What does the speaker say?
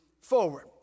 forward